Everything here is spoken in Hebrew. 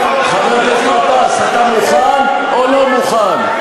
חבר הכנסת גטאס, אתה מוכן או לא מוכן?